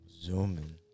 Zooming